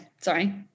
Sorry